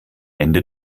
ende